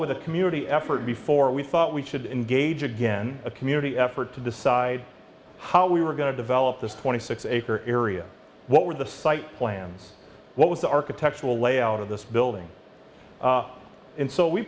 with a community effort before we thought we should engage again a community effort to decide how we were going to develop this twenty six acre area what were the site plans what was the architectural layout of this building and so we